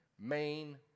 main